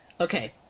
Okay